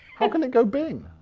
how can it go bing?